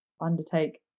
undertake